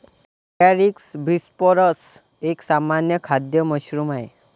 Agaricus बिस्पोरस एक सामान्य खाद्य मशरूम आहे